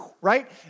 Right